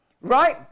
right